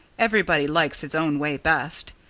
everybody likes his own way best.